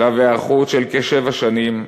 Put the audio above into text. שלב היערכות של כשבע שנים,